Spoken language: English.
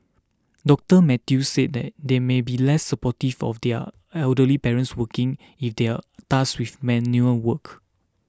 Doctor Mathew said that they may be less supportive of their elderly parents working if they are tasked with menial work